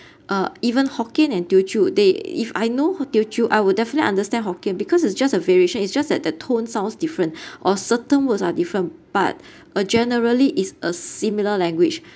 uh even hokkien and teochew they if I know h~ teochew I will definitely understand hokkien because it's just a variation it's just that the tone sounds different or certain words are different but a generally is a similar language